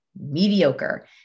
mediocre